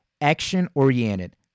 action-oriented